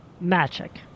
magic